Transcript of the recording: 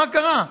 מה קרה?